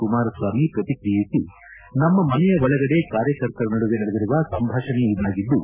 ಕುಮಾರಸ್ವಾಮಿ ಪ್ರತಿಕ್ರಿಯಿಸಿ ನಮ್ಮ ಮನೆಯ ಒಳಗಡೆ ಕಾರ್ಗಕರ್ತರ ನಡುವೆ ನಡೆದಿರುವ ಸಂಭಾಷಣೆ ಇದ್ದಾಗಿದ್ದು